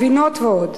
גבינות ועוד.